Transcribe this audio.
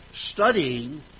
studying